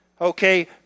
okay